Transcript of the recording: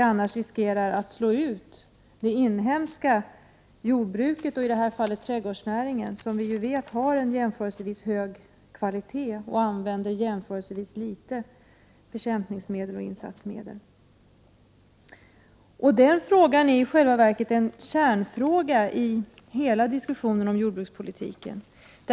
Annars riskerar vi att slå ut det inhemska jordbruket och trädgårdsnäringen som vi ju vet har en jämförelsevis hög kvalitet och använder jämförelsevis litet bekämpningsmedel och insektsmedel. Den frågan är i själva verket en kärnfråga i hela diskussionen om jordbrukspolitiken.